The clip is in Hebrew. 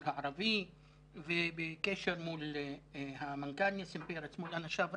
הערבי ואני בקשר מול המנכ"ל ניסים פרץ ובפני אנשיו.